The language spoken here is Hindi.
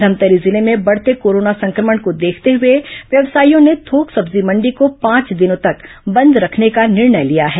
धमतरी जिले में बढ़ते कोरोना संक्रमण को देखते हुए व्यावसायियों ने थोक सब्जी मण्डी को पांच दिनों तक बंद रखने का निर्णय लिया है